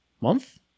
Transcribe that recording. month